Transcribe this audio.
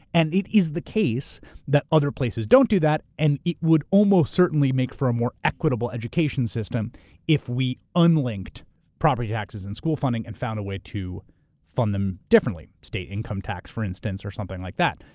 and it is the case that other places don't do that, and it would almost certainly make for more equitable education system if we unlinked property taxes and school funding and found a way to fund them differently, state income tax, for instance, or something like that.